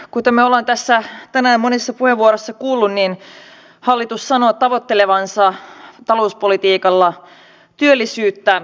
kuten me olemme tässä tänään monissa puheenvuoroissa kuulleet hallitus sanoo tavoittelevansa talouspolitiikalla työllisyyttä ja kasvua